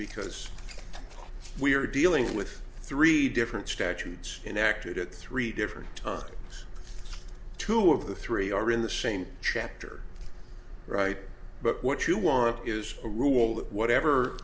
because we are dealing with three different statutes connected at three different two of the three are in the same chapter right but what you want is a rule that whatever